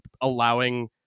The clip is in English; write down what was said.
allowing